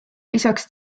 lisaks